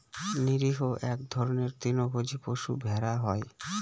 নিরীহ এক ধরনের তৃণভোজী পশু ভেড়া হয়